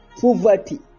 poverty